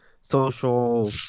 social